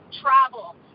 travel